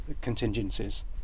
contingencies